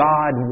God